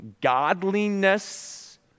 godliness